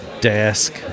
Desk